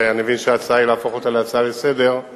ואני מבין שההצעה היא להפוך אותה להצעה לסדר-היום,